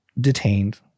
detained